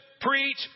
preach